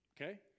Okay